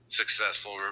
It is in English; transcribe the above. successful